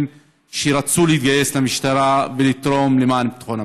שרצו להתגייס למשטרה ולתרום למען ביטחון המדינה.